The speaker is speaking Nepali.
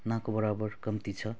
ना को बराबर कम्ती छ